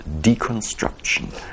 deconstruction